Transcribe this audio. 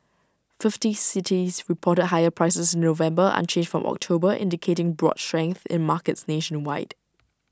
fifty cities reported higher prices November unchanged from October indicating broad strength in markets nationwide